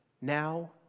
now